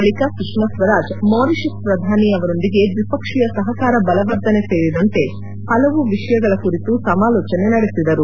ಬಳಿಕ ಸುಷ್ಮಾ ಸ್ವರಾಜ್ ಮಾರಿಸಷ್ ಪ್ರಧಾನಿ ಅವರೊಂದಿಗೆ ದ್ವಿಪಕ್ಷೀಯ ಸಪಕಾರ ಬಲವರ್ಧನೆ ಸೇರಿದಂತೆ ಪಲವು ವಿಷಯಗಳ ಕುರಿತು ಸಮಾಲೋಚನೆ ನಡೆಸಿದರು